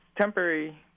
temporary